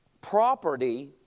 property